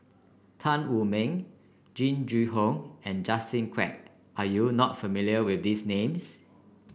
Tan Wu Meng Jing Jun Hong and Justin Quek are you not familiar with these names